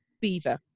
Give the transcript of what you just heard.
beaver